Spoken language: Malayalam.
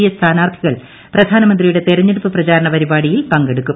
എ സ്ഥാനാർത്ഥികൾ പ്രധാനമന്ത്രിയുടെ തെരഞ്ഞെടുപ്പ് പ്രചാരണ പരിപാടിയിൽ പങ്കെടുക്കും